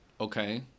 Okay